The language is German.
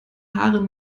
haare